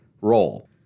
role